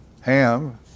Ham